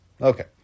Okay